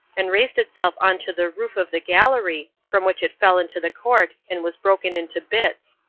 and raised itself on to the roof of the gallery, from which it fell into the court and was broken into bits.